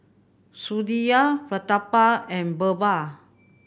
Sudhir Pratap and Birbal